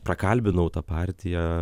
prakalbinau tą partiją